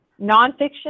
nonfiction